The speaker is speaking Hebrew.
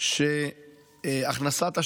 שהכנסת השב"כ,